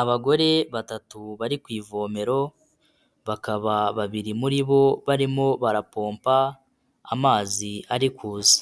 Abagore batatu bari ku ivomero, bakaba babiri muri bo barimo barapompa amazi ari kuza,